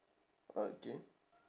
what again